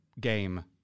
game